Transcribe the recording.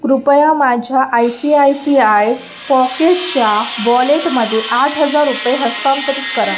कृपया माझ्या I C I C I पॉकेटच्या वॉलेटमध्ये आठ हजार रुपये हस्तांतरित करा